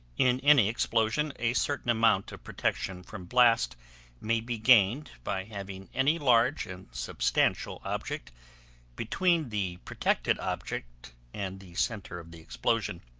in any explosion, a certain amount of protection from blast may be gained by having any large and substantial object between the protected object and the center of the explosion.